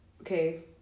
Okay